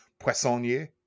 Poissonnier